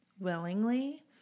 willingly